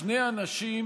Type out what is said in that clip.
שני אנשים